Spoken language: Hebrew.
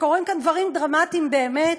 כשקורים כאן דברים דרמטיים באמת,